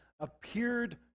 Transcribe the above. appeared